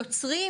צריך